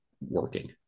working